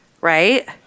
Right